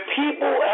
people